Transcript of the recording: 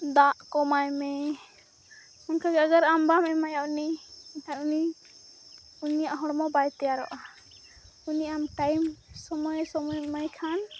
ᱫᱟᱜ ᱠᱚ ᱮᱢᱟᱭᱢᱮ ᱚᱱᱟᱠᱟᱜᱮ ᱟᱜᱟᱨ ᱵᱟᱢ ᱮᱢᱟᱭᱟ ᱩᱱᱤ ᱵᱟᱠᱷᱟᱡ ᱩᱱᱤ ᱩᱱᱤᱭᱟᱜ ᱦᱚᱲᱢᱚ ᱵᱟᱭ ᱛᱮᱭᱟᱨᱚᱜᱼᱟ ᱩᱱᱤ ᱟᱢ ᱴᱟᱭᱤᱢ ᱥᱚᱢᱚᱭ ᱥᱚᱢᱚᱭᱮᱢ ᱮᱢᱟᱭ ᱠᱷᱟᱱ